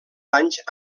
danys